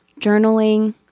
journaling